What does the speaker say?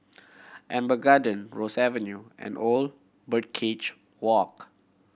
Amber Gardens Ross Avenue and Old Birdcage Walk